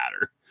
matter